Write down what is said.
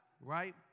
Right